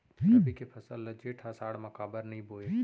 रबि के फसल ल जेठ आषाढ़ म काबर नही बोए?